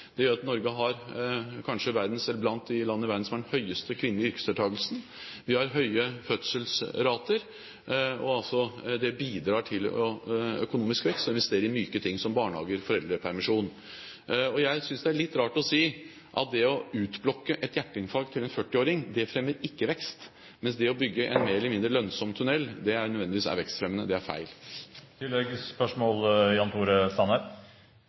Det gjør at Norge kanskje er blant de landene i verden som har den høyeste kvinnelige yrkesdeltakelsen. Vi har høye fødselsrater. Det bidrar til økonomisk vekst å investere i myke ting som barnehager og foreldrepermisjon. Jeg synes det er litt rart å si at en utblokking på en 40-åring med hjerteinfarkt ikke fremmer vekst, mens det å bygge en mer eller mindre lønnsom tunnel nødvendigvis er vekstfremmende. Det er feil. Høyre er av den oppfatning at små sosiale forskjeller er